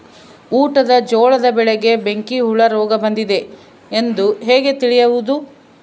ಊಟದ ಜೋಳದ ಬೆಳೆಗೆ ಬೆಂಕಿ ಹುಳ ರೋಗ ಬಂದಿದೆ ಎಂದು ಹೇಗೆ ತಿಳಿಯುವುದು?